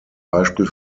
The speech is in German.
beispiel